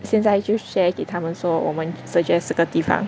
现在就 share 给他们说我们 suggest 这个地方